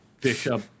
Bishop